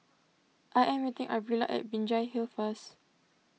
I am meeting Arvilla at Binjai Hill first